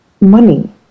money